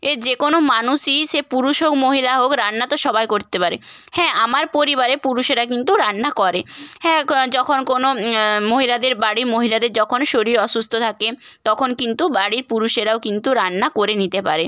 এ যে কোনো মানুষই সে পুরুষ হোক মহিলা হোক রান্না তো সবাই করতে পারে হ্যাঁ আমার পরিবারে পুরুষেরা কিন্তু রান্না করে হ্যাঁ যখন কোনো মহিলাদের বাড়ির মহিলাদের যখন শরীর অসুস্থ থাকে তখন কিন্তু বাড়ির পুরুষেরাও কিন্তু রান্না করে নিতে পারে